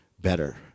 better